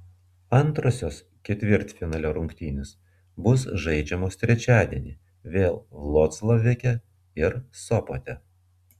antrosios ketvirtfinalio rungtynės bus žaidžiamos trečiadienį vėl vloclaveke ir sopote